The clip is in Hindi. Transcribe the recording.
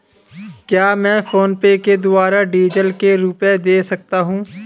क्या मैं फोनपे के द्वारा डीज़ल के रुपए दे सकता हूं?